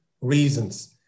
reasons